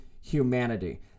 humanity